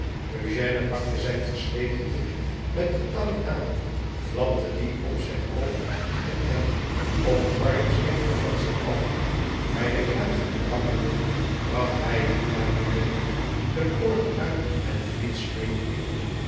eugène pakte zijn versleten hoed met de tang aan flapte dien op zijn hoofd en hem op armslengte van zich af bij den kraag pakkende bracht hij hem naar beneden de poort uit en fleet-street in